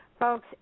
Folks